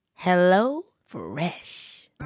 HelloFresh